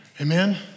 Amen